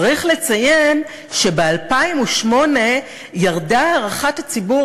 צריך לציין שב-2008 ירדה הערכת הציבור